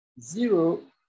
zero